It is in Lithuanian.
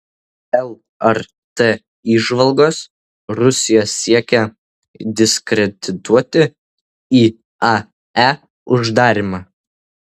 lrt įžvalgos rusija siekia diskredituoti iae uždarymą